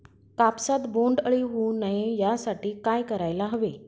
कापसात बोंडअळी होऊ नये यासाठी काय करायला हवे?